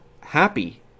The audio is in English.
happy